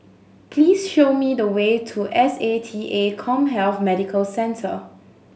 please show me the way to S A T A CommHealth Medical Centre